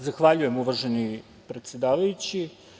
Zahvaljujem, uvaženi predsedavajući.